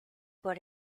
por